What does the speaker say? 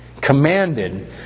commanded